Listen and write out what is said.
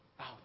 out